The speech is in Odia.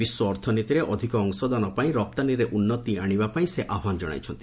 ବିଶ୍ୱ ଅର୍ଥନୀତିରେ ଅଧିକ ଅଂଶଦାନ ପାଇଁ ରପ୍ତାନିରେ ଉନ୍ନତି ଆଣିବା ପାଇଁ ସେ ଆହ୍ୱାନ ଜଣାଇଛନ୍ତି